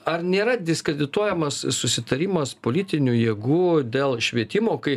ar nėra diskredituojamas susitarimas politinių jėgų dėl švietimo kai